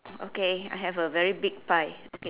okay I have a very big pie okay